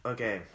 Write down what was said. Okay